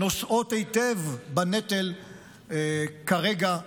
שנושאות היטב בנטל כרגע,